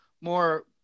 more